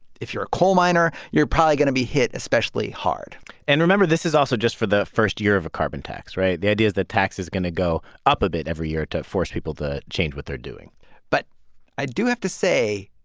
if you're a coal miner, you're probably going to be hit especially hard and remember, this is also just for the first year of a carbon tax, right? the idea is that tax is going to go up a bit every year to force people to change what they're doing but i do have to say,